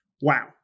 wow